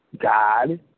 God